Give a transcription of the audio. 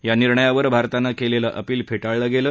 या निर्णयावर भारतानं केलेला अपिल फेटाळला गेला